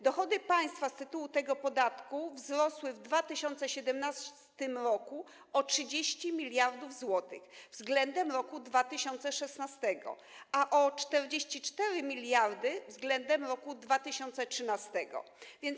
Dochody państwa z tytułu tego podatku wzrosły w 2017 r. o 30 mld zł względem roku 2016, a o 44 mld - względem roku 2013.